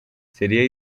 seria